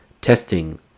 testing